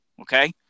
Okay